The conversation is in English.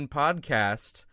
podcast